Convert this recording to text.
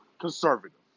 conservative